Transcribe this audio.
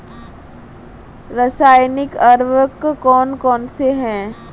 रासायनिक उर्वरक कौन कौनसे हैं?